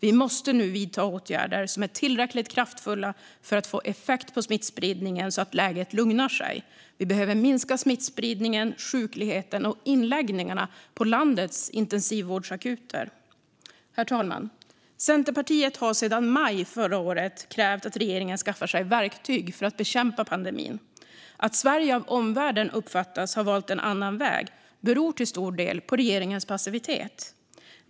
Vi måste nu vidta åtgärder som är tillräckligt kraftfulla för att få effekt på smittspridningen så att läget lugnar sig. Vi behöver minska smittspridningen, sjukligheten och inläggningarna på landets intensivvårdsakuter. Herr talman! Centerpartiet har sedan i maj förra året krävt att regeringen skaffar sig verktyg för att bekämpa pandemin. Att Sverige av omvärlden uppfattas ha valt en annan väg beror till stor del på regeringens passivitet.